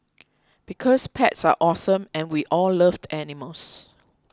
because pets are awesome and we all love the animals